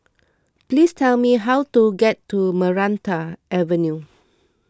please tell me how to get to Maranta Avenue